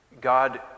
God